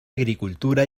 agricultura